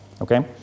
okay